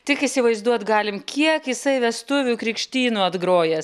tik įsivaizduot galim kiek jisai vestuvių krikštynų atgrojęs